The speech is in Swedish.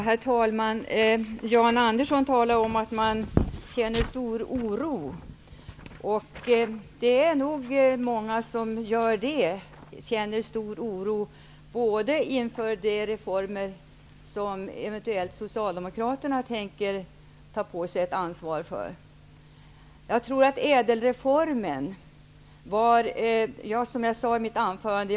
Herr talman! Jan Andersson talar om att man känner stor oro. Det är nog många som känner stor oro också inför de reformer som socialdemokraterna eventuellt tänker ta på sig ansvaret för. Jag var själv inte så positiv till ÄDEL reformen, som jag sade i mitt anförande.